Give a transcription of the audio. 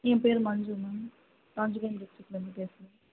என் பேர் மஞ்சு மேம் காஞ்சிபுரம் டிஸ்ட்ரிக்கில் இருந்து பேசுகிறேன்